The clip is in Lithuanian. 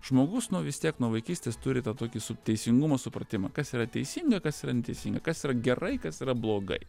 žmogus no vis tiek nuo vaikystės turit tą tokį su teisingumo supratimą kas yra teisinga kas yra neteisinga kas yra gerai kas yra blogai